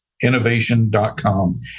innovation.com